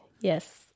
Yes